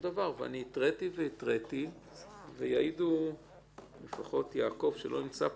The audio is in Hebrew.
ואני התרתי שוב ושוב ויעיד על כך לפחות ערן יעקב שעדיין לא הגיע,